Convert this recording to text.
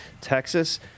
Texas